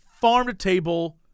farm-to-table